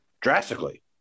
drastically